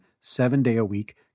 seven-day-a-week